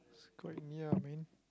so correct me ah man